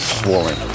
swollen